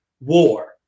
war